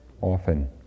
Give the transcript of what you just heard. often